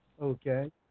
Okay